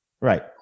right